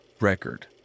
record